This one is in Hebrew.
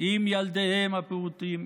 עם ילדיהם הפעוטים,